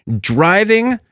Driving